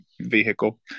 vehicle